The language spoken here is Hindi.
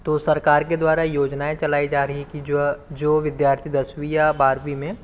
तो सरकार के द्वारा योजनाएँ चलाई जा रही कि जो विद्यार्थी दसवीं या बारहवीं में